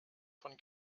von